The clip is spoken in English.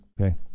Okay